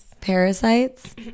Parasites